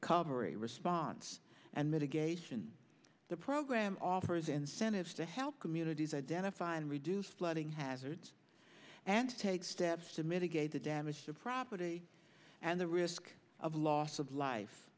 carbery response and mitigation the program offers incentives to help communities identify and reduce flooding hazards and take steps to mitigate the damage to property and the risk of loss of life